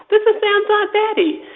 this is sam's aunt betty.